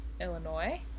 Illinois